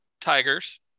Tigers